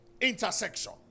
intersection